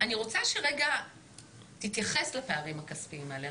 אני רוצה שתתייחס רגע לפערים הכספיים האלה.